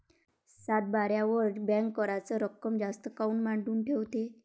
सातबाऱ्यावर बँक कराच रक्कम जास्त काऊन मांडून ठेवते?